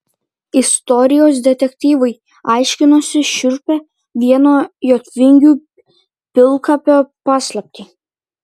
istorijos detektyvai aiškinosi šiurpią vieno jotvingių pilkapio paslaptį